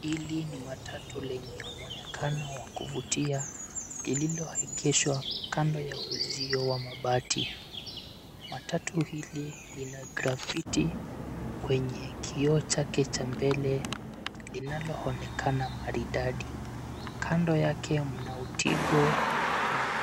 Hili ni matatu lenye mwonekano wa kuvutia lililoegeshwa kando ya uzio wa mabati. Matatu hii lina grafiti kwenye kioo chake cha mbele linaloonekana maridadi. Kando yake mna utigo na